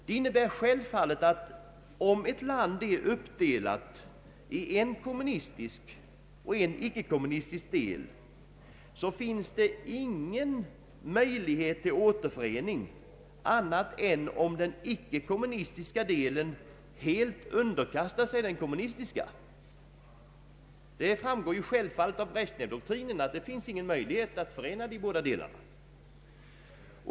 Det innebär självfallet att om ett land är uppdelat i en kommunistisk och i en icke-kommunistisk del, finns det ingen möjlighet till återförening annat än om den icke-kommunistiska delen helt underkastar sig den kommunistiska. Det framgår av Brezjnevdokrinen att det inte finns någon möjlighet att förena de båda delarna.